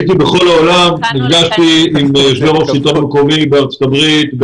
דיברתי עם השלטון המקומי בארצות הברית,